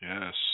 Yes